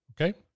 okay